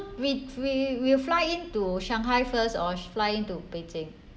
we we will fly in to shanghai first or fly in to beijing